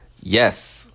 yes